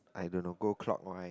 I don't know go clockwise